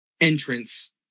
entrance